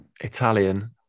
Italian